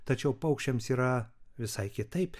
tačiau paukščiams yra visai kitaip